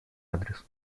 адрес